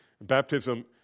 Baptism